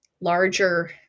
larger